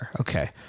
okay